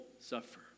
suffer